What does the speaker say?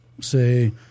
say